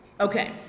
Okay